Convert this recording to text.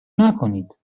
نکنید